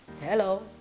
Hello